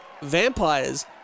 Vampires